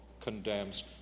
condemns